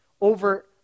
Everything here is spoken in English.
over